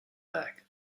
back